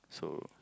so